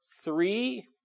three